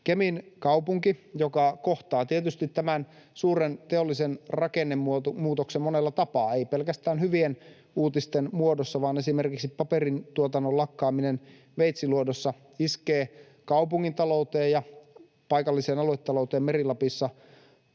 Kemin kaupunki kohtaa tietysti tämän suuren teollisen rakennemuutoksen monella tapaa — ei pelkästään hyvien uutisten muodossa, vaan esimerkiksi paperintuotannon lakkaaminen Veitsiluodossa iskee kaupungin talouteen ja paikallisen aluetalouteen Meri-Lapissa